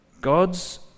God's